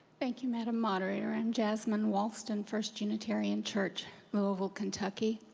thank you, madam moderator. i'm jasmine wallston, first unitarian church, louisville, kentucky.